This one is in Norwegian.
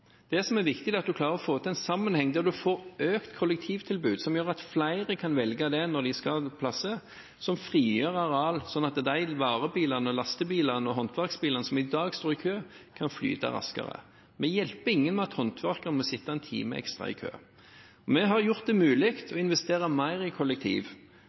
Det som er viktig, er at man klarer å få til en sammenheng der man får økt kollektivtilbudet, som gjør at flere kan velge det når de skal et sted, som frigjør arealer, slik at de varebilene, lastebilene og håndverksbilene som i dag står i kø, kan flyte raskere. Vi hjelper ingen ved at håndverkerne må sitte en time ekstra i kø. Vi har gjort det mulig å investere mer i kollektiv